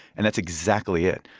and that's exactly it.